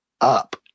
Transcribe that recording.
up